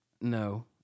No